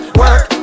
work